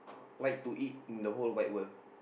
like to eat in the whole wide world